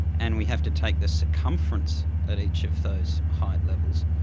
and we have to take the circumference at each of those height levels,